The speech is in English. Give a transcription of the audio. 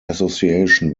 association